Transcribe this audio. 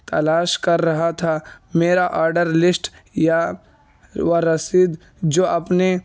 تلاش کر رہا تھا میرا آڈر لسٹ یا وہ رسید جو آپ نے